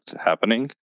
happening